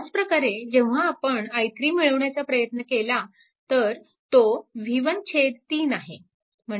ह्याच प्रकारे जेव्हा आपण i3 मिळवण्याचा प्रयत्न केला तर तो v1 3 आहे